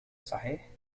صحيح